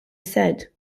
said